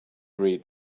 read